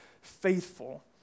faithful